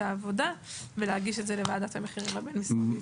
העבודה ולהגיש את זה לוועדת המחירים הבין-משרדית.